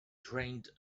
trained